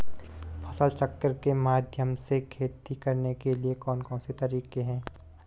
फसल चक्र के माध्यम से खेती करने के लिए कौन कौन से तरीके हैं?